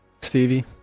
Stevie